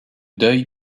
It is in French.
deuil